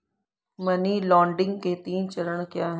Money laundering के तीन चरण क्या हैं?